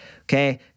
okay